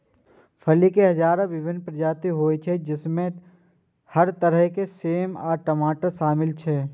फली के हजारो विभिन्न प्रजाति होइ छै, जइमे हर तरह के सेम आ मटर शामिल छै